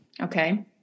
Okay